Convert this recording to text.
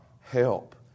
help